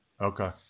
Okay